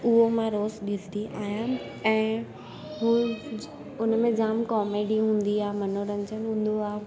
उहो मां रोज़ ॾिसंदी आहियां ऐं हू उनमें जाम कॉमेडी हूंदी आहे मनोरंजनु हूंदो आहे